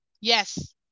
Yes